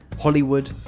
Hollywood